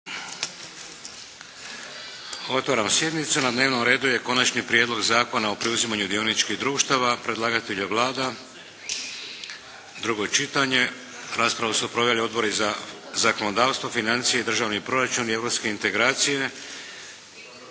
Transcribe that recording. Otvaram sjednicu. Na dnevnom redu je - Konačni prijedlog Zakona o preuzimanju dioničkih društava, drugo čitanje, P.Z.E. br. 728 Predlagatelj je Vlada, drugo čitanje. Raspravu su proveli Odbori za zakonodavstvo, financije, državni proračun i Europske integracije.